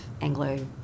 Anglo